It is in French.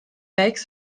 becs